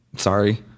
Sorry